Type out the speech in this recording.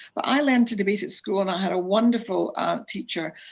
but i learned to debate at school, and i had a wonderful teacher,